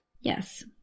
Yes